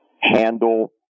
handle